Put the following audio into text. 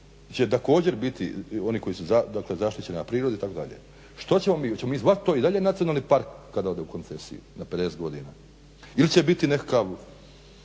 će također biti oni koji su za dakle zaštićena priroda itd., što ćemo mi? Hoćemo mi zvati to i dalje nacionalni park kada ode u koncesiju na 50 godina, ili će biti nekakav